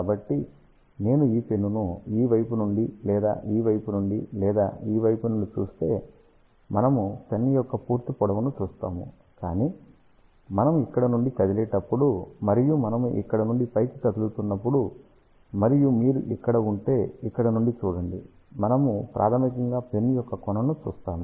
కాబట్టి నేను ఈ పెన్నును ఈ వైపు నుండి లేదా ఈ వైపు నుండి లేదా ఈ వైపు నుండి చూస్తే మనము పెన్ యొక్క పూర్తి పొడవును చూస్తాము కాని మనం ఇక్కడ నుండి కదిలేటప్పుడు మరియు మనము ఇక్కడ నుండి పైకి కదులుతున్నప్పుడు మరియు మీరు ఇక్కడ ఉంటే ఇక్కడ నుండి చూడండి మనముము ప్రాథమికంగా పెన్ యొక్క కొనను చూస్తాము